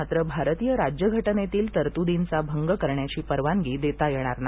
मात्र भारतीय राज्यघटनेतील तरतूदींचा भंग करण्याची परवानगी देता येणार नाही